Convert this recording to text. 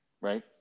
right